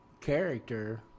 character –